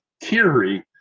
Kiri